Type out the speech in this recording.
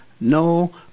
no